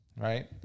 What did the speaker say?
right